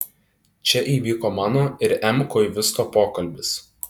čia įvyko mano ir m koivisto pokalbis